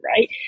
right